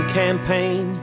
campaign